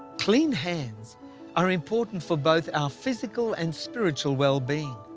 clean hands are important for both our physical and spiritual well being.